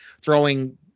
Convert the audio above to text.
throwing